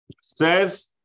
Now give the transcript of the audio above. says